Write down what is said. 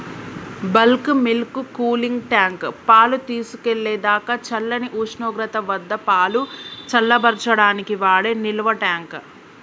bulk milk cooling tank, పాలు తీసుకెళ్ళేదాకా చల్లని ఉష్ణోగ్రత వద్దపాలు చల్లబర్చడానికి వాడే నిల్వట్యాంక్